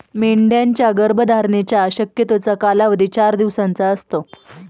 मेंढ्यांच्या गर्भधारणेच्या शक्यतेचा कालावधी चार दिवसांचा असतो